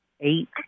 eight